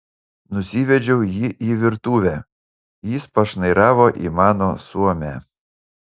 nusivedžiau jį į virtuvę jis pašnairavo į mano suomę